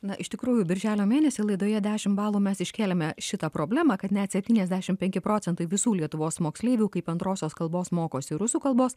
na iš tikrųjų birželio mėnesį laidoje dešim balų mes iškėlėme šitą problemą kad net septyniasdešim penki procentai visų lietuvos moksleivių kaip antrosios kalbos mokosi rusų kalbos